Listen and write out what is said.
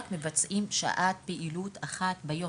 מבצעים את שעת פעילות גופנית אחת ביום.